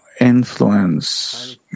influence